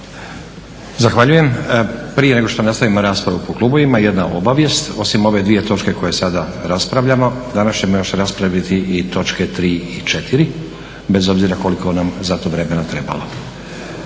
Zahvaljujem. Prije nego što nastavimo raspravu po klubovima, jedna obavijest. Osim ove dvije točke koje sada raspravljamo, danas ćemo još raspraviti i točke 3. i 4., bez obzira koliko nam za to vremena trebalo.